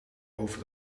over